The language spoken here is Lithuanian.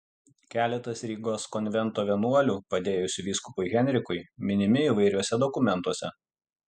keletas rygos konvento vienuolių padėjusių vyskupui henrikui minimi įvairiuose dokumentuose